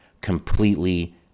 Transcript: completely